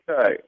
Okay